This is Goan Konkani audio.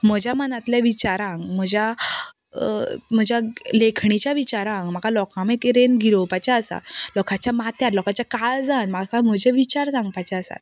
म्हज्या मनातले विचारांक म्हज्या म्हज्या लेखणेच्या विचारांक म्हाका लोकां मेरेन गिरोवपाचें आसा लोकांच्या माथ्यार लोकांच्या काळजांत म्हाका म्हजे विचार सांगपाचे आसात